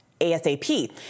ASAP